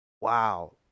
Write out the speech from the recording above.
wow